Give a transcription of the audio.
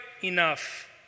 enough